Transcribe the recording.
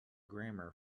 grammar